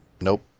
nope